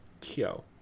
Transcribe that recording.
Kyo